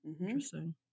interesting